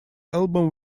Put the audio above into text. album